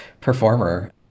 performer